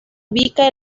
ubica